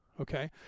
okay